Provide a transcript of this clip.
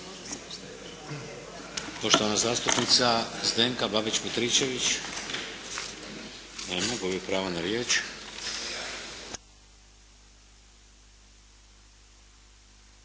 Poštovana zastupnica Zdenka Babić-Petričević.